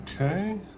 Okay